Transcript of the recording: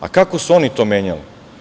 A kako su oni to menjali?